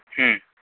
ம்